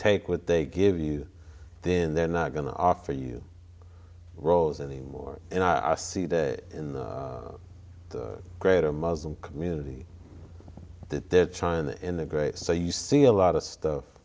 take what they give you then they're not going to offer you roles anymore and i see that in the greater muslim community that they're trying to integrate so you see a lot of